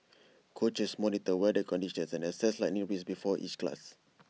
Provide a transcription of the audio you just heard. coaches monitor weather conditions and assess lightning risks before each class